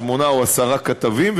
שמונה או עשרה כתבים,